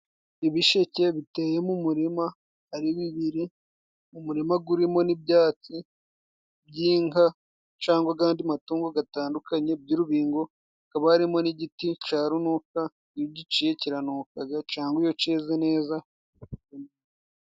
Ibisheke biteye mu murima ari bibiri, mu murima gurimo n'ibyatsi by'inka cangwa g'andi matungo gatandukanye by'urubingo, hakaba harimo n'igiti ca runuka, iyo ugiciye kiranukaga cangwa iyo ceze neza.